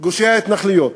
גושי ההתנחלויות,